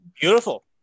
beautiful